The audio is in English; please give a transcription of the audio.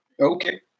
Okay